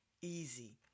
easy